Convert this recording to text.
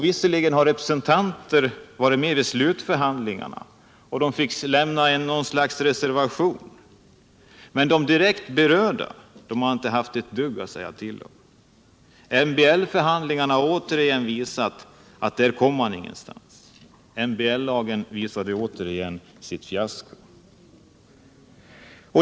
Visserligen var representanter med vid slutförhandlingarna och fick lämna något slags reservation. Men de direkt berörda har inte haft ett dugg att säga till om. MBL-förhandlingarna har återigen visat att man den vägen inte kommer någonstans. Lagen om medbestämmande visade på nytt vilket fiasko den är.